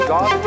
God